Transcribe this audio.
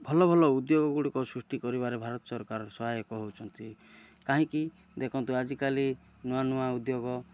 ଭଲ ଭଲ ଉଦ୍ୟୋଗଗୁଡ଼ିକ ସୃଷ୍ଟି କରିବାରେ ଭାରତ ସରକାର ସହାୟକ ହେଉଛନ୍ତି କାହିଁକି ଦେଖନ୍ତୁ ଆଜିକାଲି ନୂଆ ନୂଆ ଉଦ୍ୟୋଗ